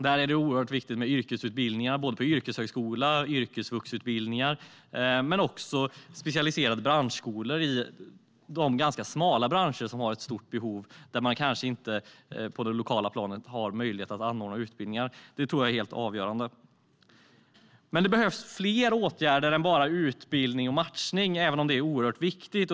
Där är det oerhört viktigt med yrkesutbildningar, både yrkeshögskola och yrkesvuxutbildningar men också specialiserade branschskolor i de ganska smala branscher som har ett stort behov men kanske inte har möjlighet att anordna utbildningar på det lokala planet. Det tror jag är helt avgörande. Men det behövs fler åtgärder än bara utbildning och matchning även om det är oerhört viktigt.